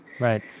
Right